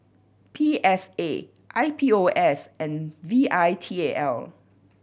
P S A I P O S and V I T A L